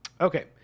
Okay